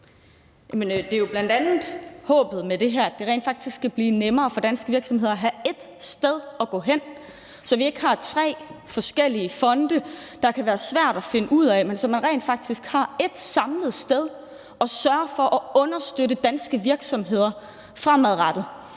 Det er jo bl.a. håbet med det her, at det rent faktisk kan blive nemmere for danske virksomheder at have ét sted at gå hen, så vi ikke har tre forskellige fonde, som det kan være svært at finde ud af, men så man rent faktisk har et samlet sted, hvor man sørger for at understøtte danske virksomheder fremadrettet,